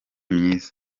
myiza